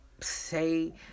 say